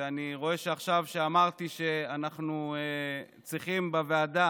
אני רואה שעכשיו כשאמרתי שאנחנו צריכים בוועדה